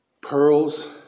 pearls